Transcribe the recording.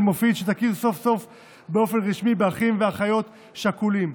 מופיד שתכיר סוף-סוף באופן רשמי באחים ואחיות שכולים.